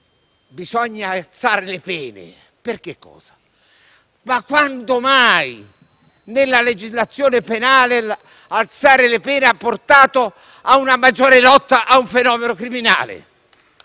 bisogna alzare le pene. Quando mai nella legislazione penale alzare le pene ha portato a una maggiore lotta a un fenomeno criminale?